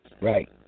Right